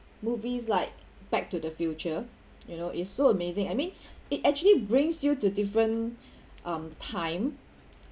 movies like back to the future you know it's so amazing I mean it actually brings you to different um time